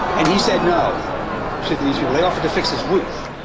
and he said no to these people. they offered to fix his roof.